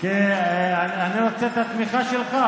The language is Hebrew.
כי אני רוצה את התמיכה שלך.